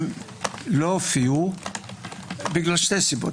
הם לא הופיעו משתי סיבות.